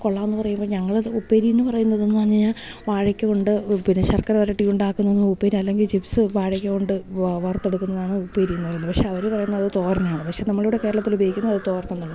കൊള്ളാമെന്ന് പറയുമ്പോൾ ഞങ്ങൾ അത് ഉപ്പേരി എന്ന് പറയുന്നത് എന്തെന്ന് പറഞ്ഞു കഴിഞ്ഞാൽ വാഴക്ക കൊണ്ട് പിന്നെ ശർക്കര വരട്ടി ഉണ്ടാക്കുന്നതെന്ന് ഉപ്പേരി അല്ലെങ്കിൽ ചിപ്സ് വാഴക്ക കൊണ്ട് വറുത്തെടുക്കുന്നതാണ് ഉപ്പേരി എന്ന് പറയുന്നത് പക്ഷെ അവർ പറയുന്നത് അത് തോരനാണ് പക്ഷെ നമ്മളിവിടെ കേരളത്തിൽ ഉപയോഗിക്കുന്നത് അത് തോരനെന്നുള്ളതാണ്